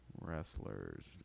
Wrestlers